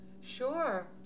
Sure